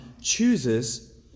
chooses